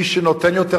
מי שנותן יותר,